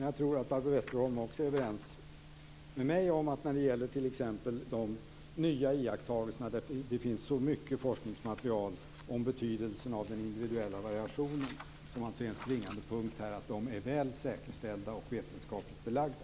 Jag tror att Barbro Westerholm också är överens med mig om att när det gäller t.ex. de nya iakttagelserna om betydelsen av den individuella variationen - som alltså är en springande punkt här - är de väl säkerställda och vetenskapligt belagda.